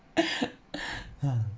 ha